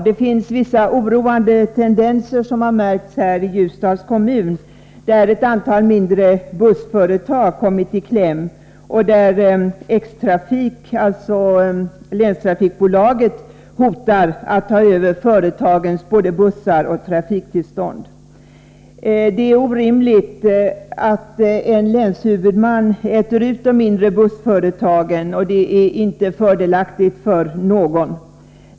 Det finns vissa oroande tendenser som har märkts i Ljusdals kommun, där ett antal mindre bussföretag kommit i kläm och där X-Trafik, dvs. länstrafikbolaget, hotar att ta över företagens både bussar och trafiktillstånd. Det är orimligt att en länshuvudman äter ut de mindre bussföretagen. Det är inte fördelaktigt för någon.